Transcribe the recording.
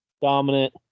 dominant